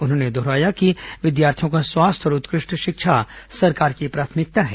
उन्होंने दोहराया कि विद्यार्थियों का स्वास्थ्य और उत्कृष्ट शिक्षा सरकार की प्राथमिकता है